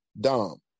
Dom